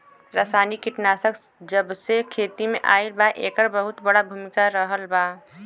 रासायनिक कीटनाशक जबसे खेती में आईल बा येकर बहुत बड़ा भूमिका रहलबा